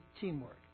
teamwork